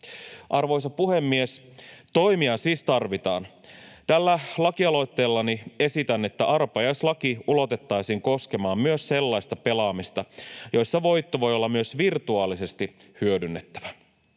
Arvoisa puhemies! Toimia siis tarvitaan. Tällä lakialoitteellani esitän, että arpajaislaki ulotettaisiin koskemaan myös sellaista pelaamista, jossa voitto voi olla myös virtuaalisesti hyödynnettävä.